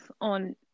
on